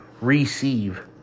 receive